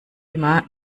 immer